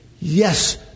Yes